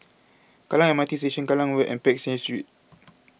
Kallang M R T Station Kallang Road and Peck Seah Street